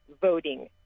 voting